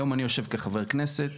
היום אני יושב כחבר כנסת,